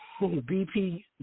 BP